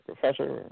professor